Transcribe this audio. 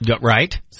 Right